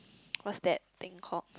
what's that thing called